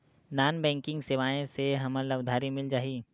Non banking सेवाएं से हमला उधारी मिल जाहि?